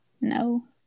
No